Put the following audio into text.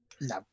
No